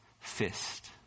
fist